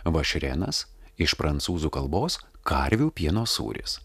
vašrenas iš prancūzų kalbos karvių pieno sūris